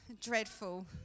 dreadful